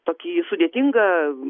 tokį sudėtingą